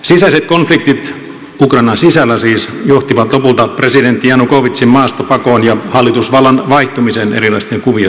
sisäiset konfliktit ukrainan sisällä siis johtivat lopulta presidentti janukovytsin maastapakoon ja hallitusvallan vaihtumiseen erinäisten kuvioiden jälkeen